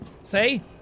say